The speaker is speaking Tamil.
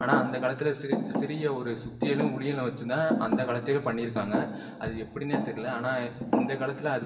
ஆனால் அந்தக்காலத்தில் சிறி சிறிய ஒரு சுத்தியலும் உளிகளும் வச்சுதான் அந்த காலத்திலயே பண்ணியிருக்காங்க அது எப்படின்னே தெரியல ஆனால் இந்தக்காலத்தில் அது